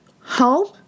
Home